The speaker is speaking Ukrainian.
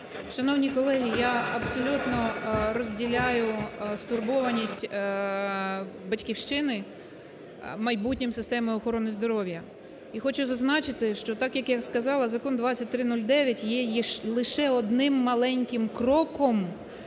Шановні колеги, я абсолютно розділяю стурбованість "Батьківщини" майбутнім системи охорони здоров'я. І хочу зазначити, що так як я і сказала, Закон 2309 є лише одним маленьким кроком